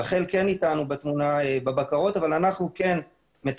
רח"ל כן אתנו בתמונה בבקרות אבל אנחנו מטפלים